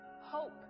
hope